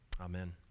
Amen